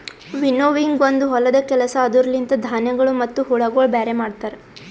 winnowing ಒಂದು ಹೊಲದ ಕೆಲಸ ಅದುರ ಲಿಂತ ಧಾನ್ಯಗಳು ಮತ್ತ ಹುಳಗೊಳ ಬ್ಯಾರೆ ಮಾಡ್ತರ